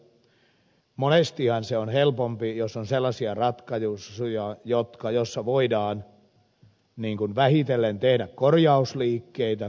monestihan se on helpompi jos on sellaisia ratkaisuja joissa voidaan vähitellen tehdä korjausliikkeitä